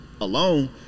alone